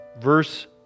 verse